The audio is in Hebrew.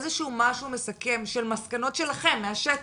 איזשהו משהו מסכם של מסקנות שלכם מהשטח?